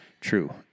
True